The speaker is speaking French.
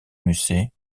musset